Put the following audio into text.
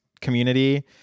community